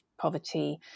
poverty